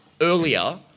earlier